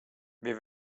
wir